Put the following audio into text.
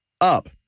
up